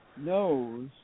knows